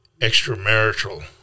extramarital